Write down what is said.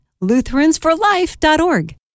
lutheransforlife.org